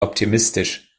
optimistisch